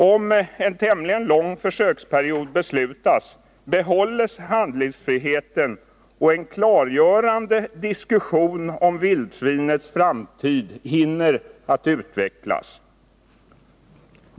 Om en tämligen lång försöksperiod beslutas, behålls handlingsfriheten och en klargörande diskussion om vildsvinets framtid hinner utvecklas.